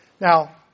Now